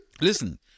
Listen